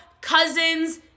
cousins